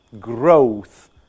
growth